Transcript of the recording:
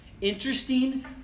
Interesting